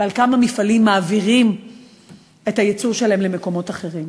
ועל כמה מפעלים מעבירים את הייצור שלהם למקומות אחרים.